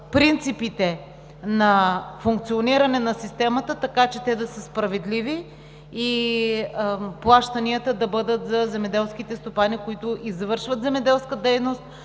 принципите на функциониране на системата, така че те да са справедливи, плащанията да бъдат за земеделските стопани, които извършват земеделска дейност,